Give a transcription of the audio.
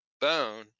Bone